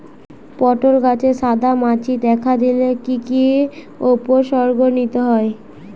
পটল গাছে সাদা মাছি দেখা দিলে কি কি উপসর্গ নিতে হয়?